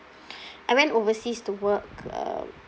I went overseas to work uh